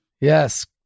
Yes